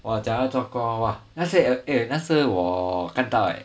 !wah! 讲到做工 !wah! 那些 eh 那是我看到 eh